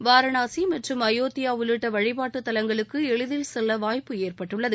வாரணாசி மற்றும் அயோத்தியா உள்ளிட்ட வழிப்பாட்டு தலங்களுக்கு எளிதில் கெல்ல வாய்ப்பு ஏற்பட்டுள்ளது